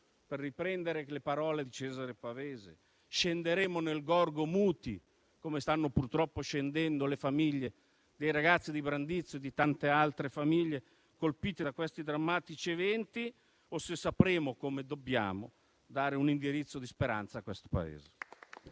per riprendere le parole di Cesare Pavese - scenderemo nel gorgo muti come stanno purtroppo scendendo le famiglie dei ragazzi di Brandizzo e tante altre famiglie colpite da questi drammatici eventi o se sapremo, come dobbiamo, dare un indirizzo di speranza a questo Paese.